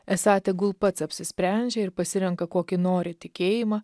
esą tegul pats apsisprendžia ir pasirenka kokį nori tikėjimą